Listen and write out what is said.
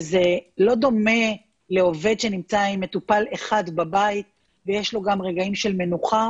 זה לא דומה לעובד שנמצא עם מטופל אחד בבית ויש לו גם רגעים של מנוחה,